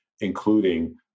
including